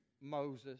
Moses